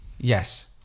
Yes